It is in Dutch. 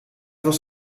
was